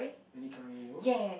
any kind of animals